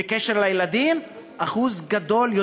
בקשר לילדים, שיעור גדול.